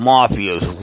Mafia's